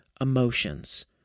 emotions